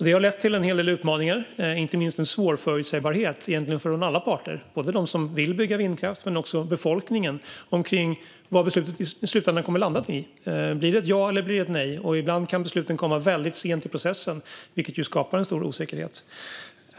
Det har lett till en hel del utmaningar, inte minst en svårförutsägbarhet för såväl dem som vill bygga vindkraft som befolkningen om vad beslutet i slutändan kommer att landa i. Blir det ett ja eller ett nej? Ibland kan besluten komma väldigt sent i processen, vilket ju skapar en stor osäkerhet.